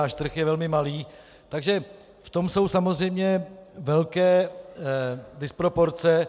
Náš trh je velmi malý, takže v tom jsou samozřejmě velké disproporce.